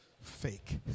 fake